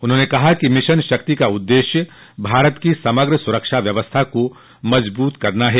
उन्होंने कहा कि मिशन शक्ति का उद्देश्य भारत की समग्र सुरक्षा व्यवस्था को मजबूत करना है